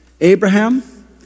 Abraham